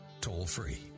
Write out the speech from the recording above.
toll-free